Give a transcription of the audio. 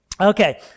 Okay